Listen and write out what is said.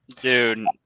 dude